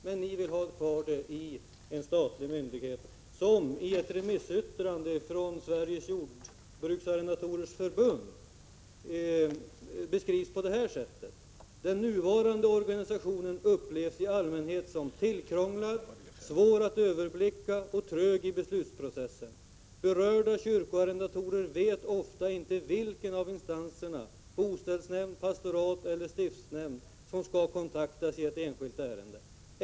Men ni vill ha kvar dessa beslut i en statlig myndighet som i ett remissyttrande från Sveriges jordbruksarrendatorers förbund beskrivs på detta sätt: ”Den nuvarande organisationen upplevs i allmänhet som tillkrånglad, svår att överblicka och trög i beslutsprocessen. Berörda kyrkoarrendatorer vet ofta inte vilken av instanserna, bostadsnämnd, pastorat eller stiftsnämnd, som skall kontaktas i ett enskilt ärende.